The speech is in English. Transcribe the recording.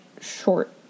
short